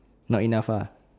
not enough uh